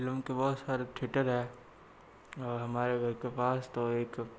film के बहुत सारे थिएटर है और हमारे घर के पास तो एक